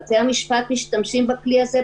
בתי-המשפט משתמשים בכלי הזה,